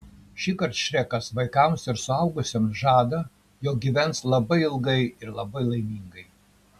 šįkart šrekas vaikams ir suaugusiems žada jog gyvens labai ilgai ir labai laimingai